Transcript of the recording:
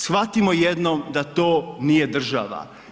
Shvatimo jednom da to nije država.